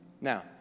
Now